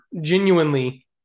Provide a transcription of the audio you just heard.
genuinely